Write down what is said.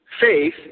faith